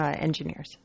engineers